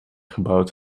gebouwd